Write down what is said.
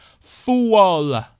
fool